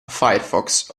firefox